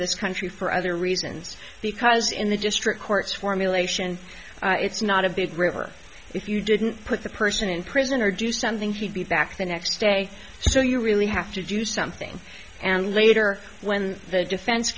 this country for other reasons because in the district courts formulation it's not a big river if you didn't put the person in prison or do something he'd be back the next day so you really have to do something and later when the defense